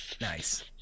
Nice